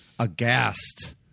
aghast